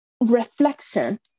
reflection